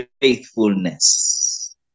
faithfulness